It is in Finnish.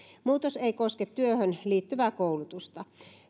muutos ei koske työhön liittyvää koulutusta